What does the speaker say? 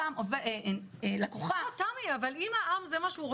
אבל אם זה מה שהעם